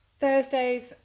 Thursdays